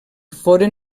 foren